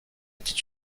était